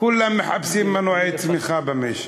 כולם מחפשים מנועי צמיחה במשק,